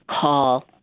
call